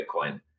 Bitcoin